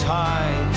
high